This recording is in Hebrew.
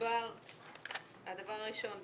הדבר הראשון,